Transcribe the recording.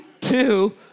Two